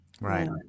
Right